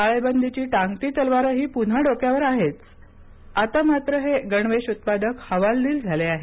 टाळेबंदीची टांगती तलवारही पुन्हा डोक्यावर आहेच आता मात्र हे गणवेश उत्पादक हवालदिल झाले आहेत